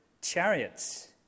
Chariots